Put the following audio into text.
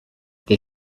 they